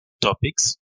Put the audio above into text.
topics